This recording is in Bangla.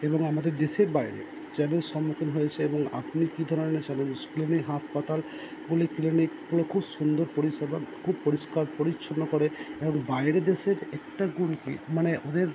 এবং আমাদের দেশের বাইরে সম্মুখীন হয়েছে এবং আপনি কি ধরনের ক্লিনিক হাসপাতাল পলিক্লিনিকগুলো খুব সুন্দর পরিষেবা খুব পরিষ্কার পরিচ্ছন্ন করে এবং বাইরের দেশের একটা গুণ কি মানে ওদের